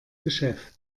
geschäft